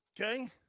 Okay